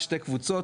שתי קבוצות.